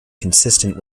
consistent